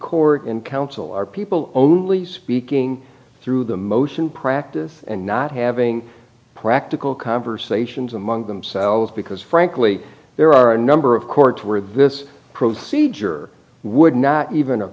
court and counsel are people only speaking through the motion practice and not having practical conversations among themselves because frankly there are a number of court where this procedure would not even